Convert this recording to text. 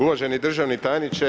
Uvaženi državni tajniče.